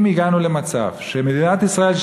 אם הגענו למצב שמדינת ישראל,